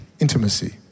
intimacy